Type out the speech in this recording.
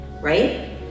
right